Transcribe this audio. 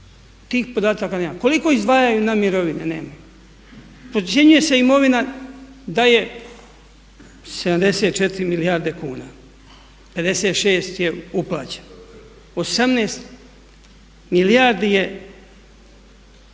Tih podataka nema. Koliko izdvajaju na mirovine? Nema. Procjenjuje se imovina da je 74 milijarde kuna, 56 je uplaćeno, 18 milijardi je,